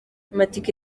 amatike